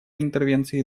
интервенции